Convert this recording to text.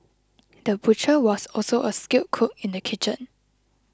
the butcher was also a skilled cook in the kitchen